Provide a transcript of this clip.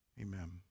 Amen